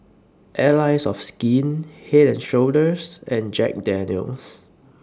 Allies of Skin Head and Shoulders and Jack Daniel's